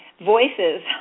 voices